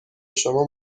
شما